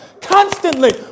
Constantly